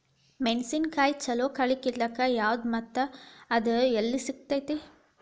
ಮೆಣಸಿನಕಾಯಿಗ ಛಲೋ ಕಳಿ ಕಿತ್ತಾಕ್ ಯಾವ್ದು ಮತ್ತ ಅದ ಎಲ್ಲಿ ಸಿಗ್ತೆತಿ?